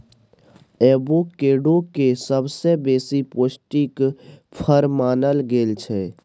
avocado केँ सबसँ बेसी पौष्टिक फर मानल गेल छै